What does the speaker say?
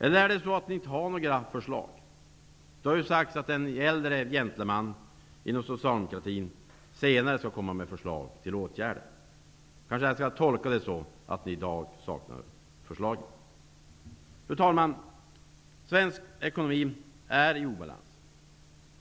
Eller är det så att ni inte har några förslag? Det har ju sagts att en äldre gentleman inom socialdemokratin senare skall komma med förslag till åtgärder. Jag tolkar det så att ni i dag saknar förslag. Fru talman! Svensk ekonomi är i obalans,